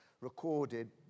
recorded